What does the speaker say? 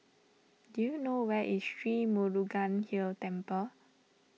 do you know where is Sri Murugan Hill Temple